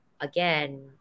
again